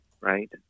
Right